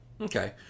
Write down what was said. Okay